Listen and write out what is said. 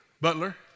Butler